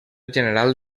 general